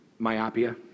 Myopia